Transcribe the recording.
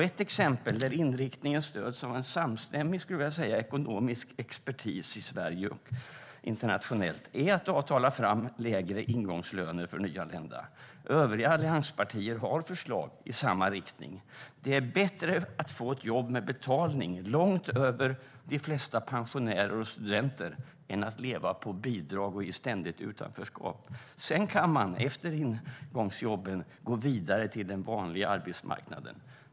Ett exempel där inriktningen stöds av en samstämmig ekonomisk expertis i Sverige och internationellt är att avtala fram lägre ingångslöner för nyanlända. Övriga allianspartier har förslag i samma riktning. Det är bättre att få ett jobb med betalning långt över vad de flesta pensionärer och studenter har än att leva på bidrag och i ständigt utanförskap. Efter ingångsjobben kan man gå vidare till den vanliga arbetsmarknaden.